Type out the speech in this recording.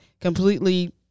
completely